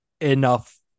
enough